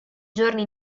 giorni